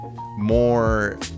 more